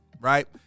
right